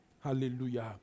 Hallelujah